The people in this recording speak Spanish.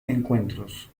encuentros